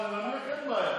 לנמק, אין בעיה.